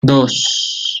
dos